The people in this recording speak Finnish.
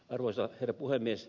arvoisa herra puhemies